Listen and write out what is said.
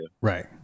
Right